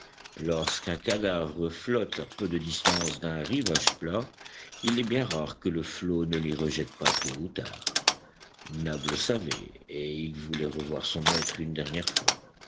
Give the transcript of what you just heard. lorsqu'un cadavre flotte à peu de distance d'un rivage plat il est bien rare que le flot ne l'y rejette pas tôt ou tard nab le savait et il voulait revoir son maître une dernière fois